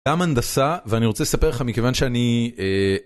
גם הנדסה ואני רוצה לספר לך מכיוון שאני.